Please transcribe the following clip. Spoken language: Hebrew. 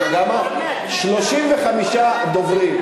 ויש עכשיו 20 ומשהו דוברים